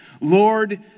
Lord